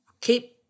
keep